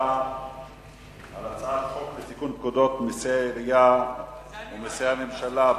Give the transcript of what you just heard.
להצבעה על הצעת חוק לתיקון פקודת מסי העירייה ומסי הממשלה (פטורין)